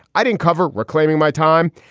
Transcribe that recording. i didn't cover reclaiming my time.